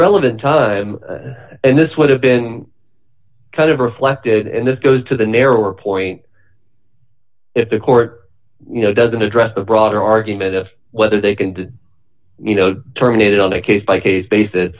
relevant does and this would have been kind of reflected and this goes to the narrower point if the court you know doesn't address the broader argument of whether they can do you know terminated on a case by case basis